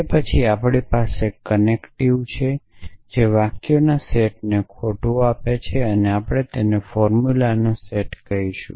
તે પછી આપણી પાસે કનેક્ટિવ છે જે વાક્યોના સેટને ખોટુ આપે છે તેથી આપણે તેમને ફોર્મ્યુલાનો સેટ કહીશું